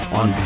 on